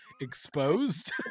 Exposed